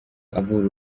avura